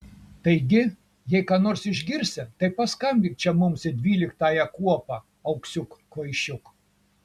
taigi jei ką nors išgirsi tai paskambink čia mums į dvyliktąją kuopą auksiuk kvaišiuk